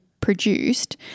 produced